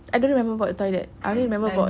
I don't remember about the toilet I only remember about